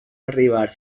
arribar